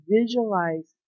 visualize